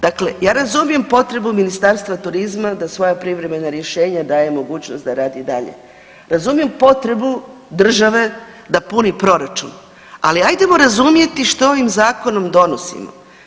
Dakle, ja razumijem potrebu Ministarstva turizma da svoja privremena rješenja daje mogućnost da radi dalje, razumijem potrebu države da puni proračun, ali ajdemo razumjeti što ovim zakonom donosimo.